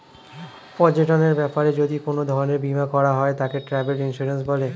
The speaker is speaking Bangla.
পর্যটনের ব্যাপারে যদি কোন ধরণের বীমা করা হয় তাকে ট্র্যাভেল ইন্সুরেন্স বলে